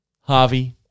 Harvey